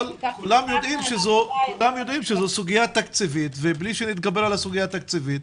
אבל כולם יודעים שזאת סוגיה תקציבית ובלי שנתגבר על הסוגיה התקציבית,